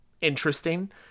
interesting